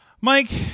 Mike